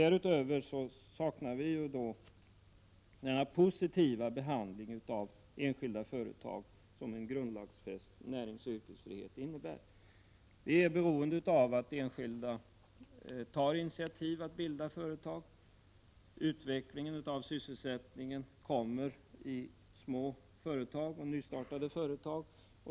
Därutöver saknar vi den positiva behandling av enskilda företag som en grundlagsfäst näringsoch yrkesfrihet innebär. Vi är beroende av att enskilda tar initiativ till att bilda företag. Utvecklingen av sysselsättningen sker i små och nystartade företag.